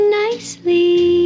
nicely